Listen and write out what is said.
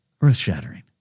Earth-shattering